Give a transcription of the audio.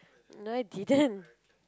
no I didn't